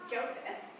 Joseph